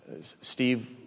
Steve